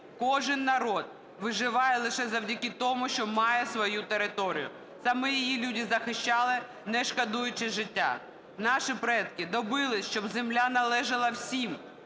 Кожен народ виживає лише завдяки тому, що має свою територію, саме її люди захищали, не шкодуючи життя. Наші предки добились, щоб земля належала всім,